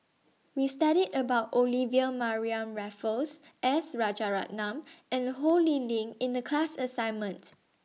We study about Olivia Mariamne Raffles S Rajaratnam and Ho Lee Ling in The class assignment